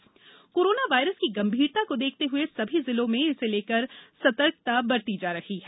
corona flagship corona virus की गंभीरता को देखते हुए सभी जिलों में इसे लेकर सतर्कता बरती जा रही है